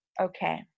Okay